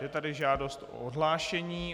Je tady žádost o odhlášení.